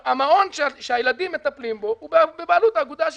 המעון שהילדים מטופלים בו הוא בבעלות האגודה השיתופית.